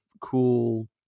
cool